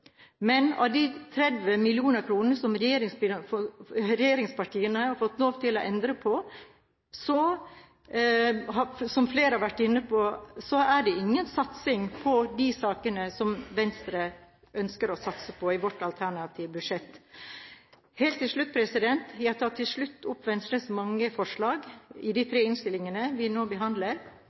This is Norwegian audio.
Men av de 30 mill. kr som regjeringspartiene har fått lov til å endre på, som flere har vært inne på, er det ingen satsing på de sakene som vi i Venstre ønsker å satse på i vårt alternative budsjett. Jeg tar til slutt opp Venstres mange forslag i de tre innstillingene vi nå behandler.